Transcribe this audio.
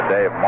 Dave